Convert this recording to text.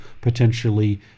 potentially